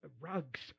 rugs